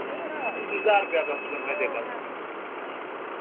तुगी ज्हार रपेया कस्टमर में देगा तुगी